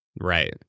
Right